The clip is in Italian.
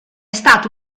stato